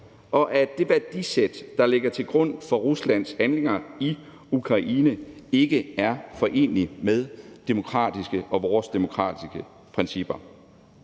og at det værdisæt, der ligger til grund for Ruslands handlinger i Ukraine, ikke er foreneligt med vores demokratiske principper.